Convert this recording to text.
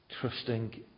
Trusting